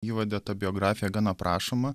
įvade ta biografija gana aprašoma